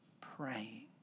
praying